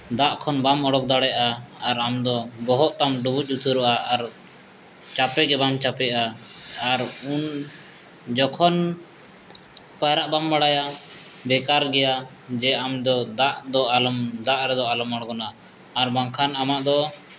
ᱫᱟᱜ ᱠᱷᱚᱱ ᱵᱟᱢ ᱩᱰᱩᱠ ᱫᱟᱲᱮᱭᱟᱜᱼᱟ ᱟᱨ ᱟᱢᱫᱚ ᱵᱚᱦᱚᱜᱛᱟᱢ ᱰᱩᱵᱩᱡ ᱩᱛᱟᱹᱨᱚᱜᱼᱟ ᱟᱨ ᱪᱟᱯᱮᱜᱮ ᱵᱟᱝ ᱪᱟᱯᱮᱜᱼᱟ ᱟᱨ ᱩᱱ ᱡᱚᱠᱷᱚᱱ ᱯᱟᱭᱨᱟᱜ ᱵᱟᱢ ᱵᱟᱲᱟᱭᱟ ᱵᱮᱠᱟᱨ ᱜᱮᱭᱟ ᱡᱮ ᱟᱢᱫᱚ ᱫᱟᱜᱫᱚ ᱟᱞᱚᱢ ᱫᱟᱜ ᱨᱮᱫᱚ ᱟᱞᱚᱢ ᱟᱬᱜᱚᱱᱟ ᱟᱨ ᱵᱟᱝᱠᱷᱟᱱ ᱟᱢᱟᱜᱫᱚ